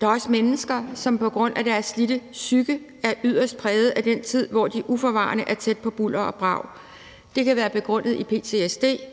Der er også mennesker, som på grund af deres slidte psyke bliver yderst præget af den tid, hvor de uforvarende er tæt på bulder og brag. Det kan være begrundet i ptsd,